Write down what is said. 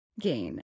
gain